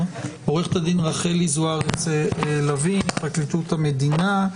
עו"ד רחלי זוארץ-לוי, מפרקליטות המדינה,